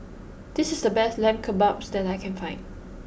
this is the best Lamb Kebabs that I can find